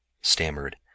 stammered